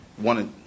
wanted